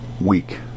week